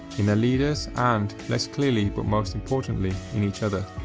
in their leaders, and, less clearly but most importantly, in each other.